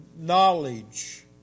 knowledge